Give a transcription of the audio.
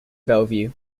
bellevue